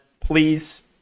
Please